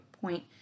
point